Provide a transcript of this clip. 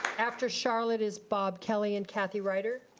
after charlotte is bob kelly and kathy rider.